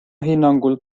hinnangul